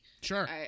sure